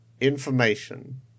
Information